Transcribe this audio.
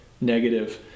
negative